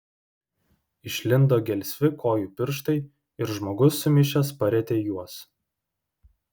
išlindo gelsvi kojų pirštai ir žmogus sumišęs parietė juos